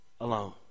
alone